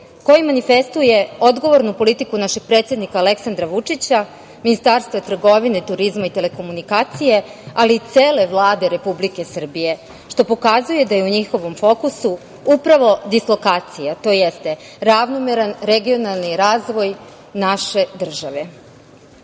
koji manifestuje odgovornu politiku našeg predsednika Aleksandra Vučića, Ministarstva trgovine, turizma i telekomunikacije, ali i cele Vlade Republike Srbije, što pokazuje da je u njihovom fokusu upravo dislokacija, tj. ravnomerni regionalni razvoj naše države. Posebna